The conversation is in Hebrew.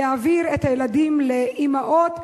להעביר את הילדים לאמהות,